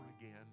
again